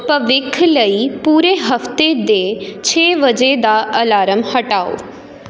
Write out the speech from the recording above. ਭਵਿੱਖ ਲਈ ਪੂਰੇ ਹਫ਼ਤੇ ਦੇ ਛੇ ਵਜੇ ਦਾ ਅਲਾਰਮ ਹਟਾਓ